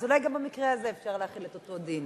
אז אולי גם במקרה הזה אפשר להחיל את אותו דין.